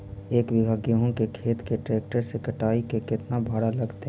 एक बिघा गेहूं के खेत के ट्रैक्टर से कटाई के केतना भाड़ा लगतै?